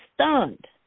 stunned